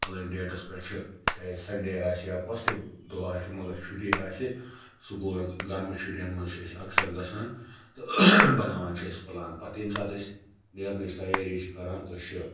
فَلٲنٛۍ dates پیٹھ چھُ چاہے سَن ڈے آسہِ یا کۄس تہِ دۄہ آسہِ مَگَر چھُٹی آسہِ سکوٗلَن گَرمہٕ چھُٹیَن مَنٛز چھِ اَکثَر گَژھان تہٕ بَناوان چھِ أسۍ پلان پَتہٕ ییٚمہِ ساتہٕ أسۍ نیرنٕچ تَیٲری چھِ کَران أسۍ چھِ